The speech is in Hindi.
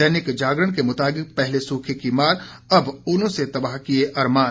दैनिक जागरण के मुताबिक पहले सूखे की मार अब ओलों ने तबाह किए अरमान